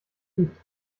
gibt